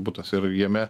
butas ir jame